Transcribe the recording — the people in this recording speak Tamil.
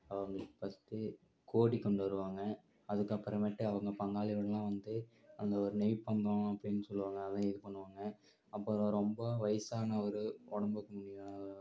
அவங்களுக்கு ஃபர்ஸ்ட்டு கோடி கொண்டு வருவாங்க அதுக்கப்புறமேட்டு அவங்க பங்காளிகளுங்கலாம் வந்து அங்கே ஒரு நெய் பந்தம் அப்படின்னு சொல்லுவாங்கள் அதெலாம் இது பண்ணுவாங்கள் அப்பறம் ரொம்ப வயசானவுரு உடம்புக்கு முடியாதவர்